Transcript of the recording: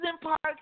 parks